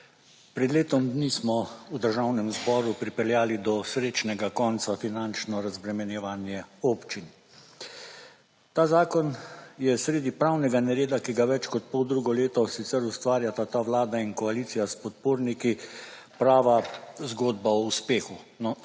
Pred letom dni smo v Državnem zboru pripeljali do srečnega konca finančno razbremenjevanje občin. Ta zakon je sredi pravnega nereda, ki ga več kot poldrugo leto sicer ustvarjata ta Vlada in koalicija s podporniki prava zgodba o uspehu.